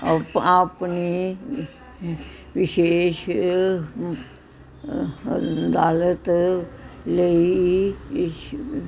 up ਆਪਣੀ ਵਿਸ਼ੇਸ਼ ਅਦਾਲਤ ਲਈ